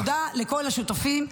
תודה לכל השותפים.